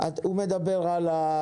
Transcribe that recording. מדובר בתצורת גביית